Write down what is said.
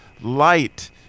light